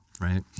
right